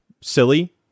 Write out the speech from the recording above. silly